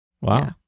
Wow